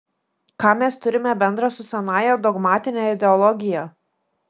ką mes turime bendra su senąja dogmatine ideologija